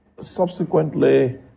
Subsequently